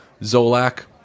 Zolak